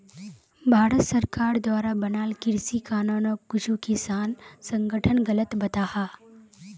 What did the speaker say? भारत सरकार द्वारा बनाल कृषि कानूनोक कुछु किसान संघठन गलत बताहा